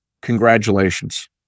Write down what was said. congratulations